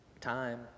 time